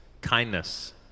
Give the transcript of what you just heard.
kindness